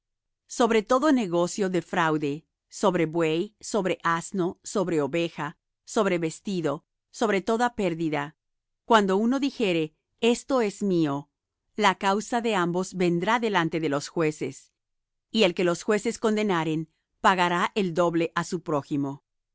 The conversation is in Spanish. sobre todo negocio de fraude sobre buey sobre asno sobre oveja sobre vestido sobre toda cosa perdida cuando uno dijere esto es mío la causa de ambos vendrá delante de los jueces y el que los jueces condenaren pagará el doble á su prójimo